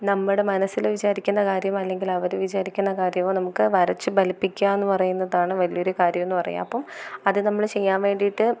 നമ്മുടെ മനസ്സിൽ വിചാരിക്കുന്ന കാര്യം അല്ലെങ്കിൽ അവർ വിചാരിക്കുന്ന കാര്യമോ നമുക്ക് വരച്ച് ഫലിപ്പിക്കുക എന്ന് പറയുന്നതാണ് വലിയ ഒരു കാര്യം എന്ന് പറയുക അപ്പം അത് നമ്മൽ ചെയ്യാൻ വേണ്ടിയിട്ട്